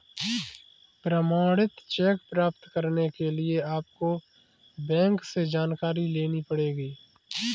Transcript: प्रमाणित चेक प्राप्त करने के लिए आपको बैंक से जानकारी लेनी पढ़ेगी